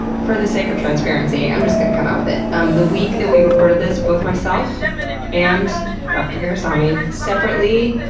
for the sake of transparency, i'm just going to come out with it. um the week that we recorded this, both myself and dr. gurusamy separately,